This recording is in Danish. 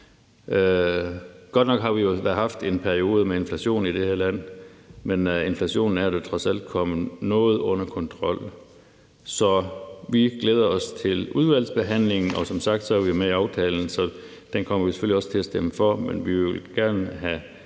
Godt nok har vi jo haft en periode med inflation i det her land, men inflationen er da trods alt kommet noget under kontrol. Vi glæder os til udvalgsbehandlingen, og som sagt er vi med i aftalen, så vi kommer selvfølgelig også til at stemme for. Men vi vil gerne have